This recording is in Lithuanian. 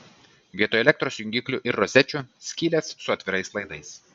vietoj elektros jungiklių ir rozečių skylės su atvirais laidais